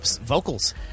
vocals